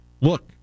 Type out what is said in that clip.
look